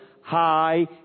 High